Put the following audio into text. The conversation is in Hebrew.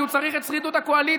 כי הוא צריך את שרידות הקואליציה,